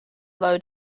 low